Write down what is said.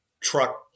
truck